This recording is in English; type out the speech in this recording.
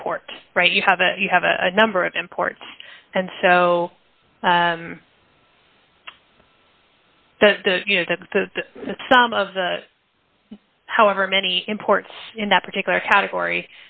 import right you have a you have a number of imports and so the you know the some of the however many imports in that particular category